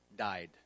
died